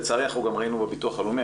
לצערי אנחנו גם ראינו בביטוח הלאומי,